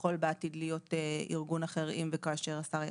יכול בעתיד להיות ארגון אחר אם וכאשר השר יכריז.